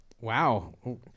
Wow